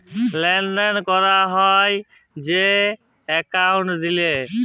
লেলদেল ক্যরা হ্যয় যে একাউল্ট দিঁয়ে